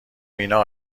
مینا